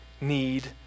need